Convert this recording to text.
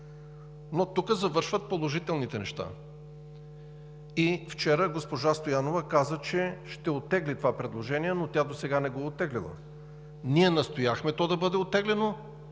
Но тук завършват положителните неща. Вчера госпожа Стоянова каза, че ще оттегли това предложение, но тя досега не го е оттеглила. Ние настояхме то да бъде оттеглено,